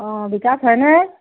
অঁ বিকাশ হয়নে